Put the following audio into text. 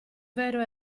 vero